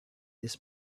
this